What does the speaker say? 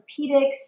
orthopedics